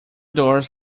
doors